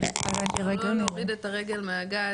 אני מציעה לא להוריד את הרגל מהגז,